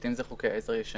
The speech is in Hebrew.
לעתים זה חוקי עזר ישנים,